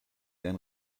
einen